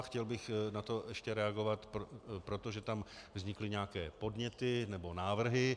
Chtěl bych na to ještě reagovat, protože tam vznikly nějaké podněty, nebo návrhy.